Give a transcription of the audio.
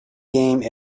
game